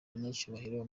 banyacyubahiro